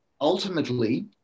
ultimately